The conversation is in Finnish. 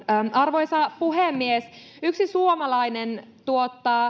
arvoisa puhemies yksi suomalainen tuottaa